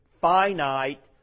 finite